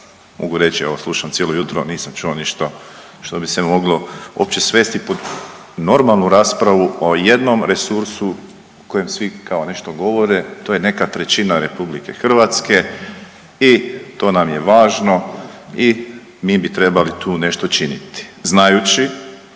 mogu reći, evo slušam cijelo jutro, nisam čuo ništa što bi se moglo uopće svesti pod normalnu raspravu o jednom resursu o kojem svi kao nešto govore. To je neka trećina Republike Hrvatske i to nam je važno i mi bi trebali tu nešto činiti. Znajući